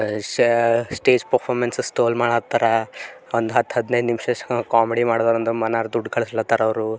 ಶ stage performances ತೋಲು ಮಾಡಿ ಹಾಕ್ತಾರೆ ಒಂದು ಹತ್ತು ಹದಿನೈದು ನಿಮಿಷ ಕಾಮಿಡಿ ಮಾಡಿದರಂದ್ರೆ ಮನೆಯವ್ರು ದುಡ್ಡು ಕಳಸ್ಲತ್ತರ ಅವರು